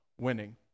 winning